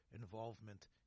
involvement